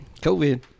COVID